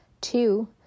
Two